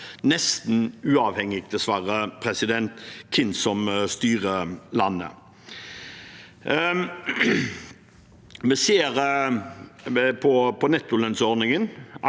nesten uavhengig, dessverre, av hvem som styrer landet. Vi ser at nettolønnsordningen